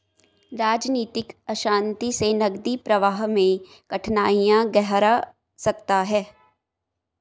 राजनीतिक अशांति से नकदी प्रवाह में कठिनाइयाँ गहरा सकता है